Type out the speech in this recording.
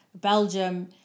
Belgium